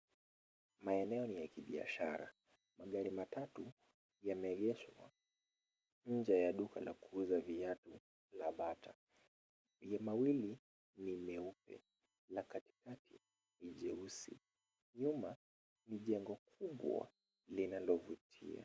Maeneo ni ya kibiashara. Magari matatu yameegeshwa nje ya duka la kuuza viatu la bata. Mawili ni meupe, la kati kati ni jeusi. Nyuma ni jengo kubwa linalovutia.